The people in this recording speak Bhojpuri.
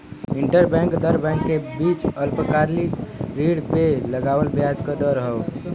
इंटरबैंक दर बैंक के बीच अल्पकालिक ऋण पे लगावल ब्याज क दर हौ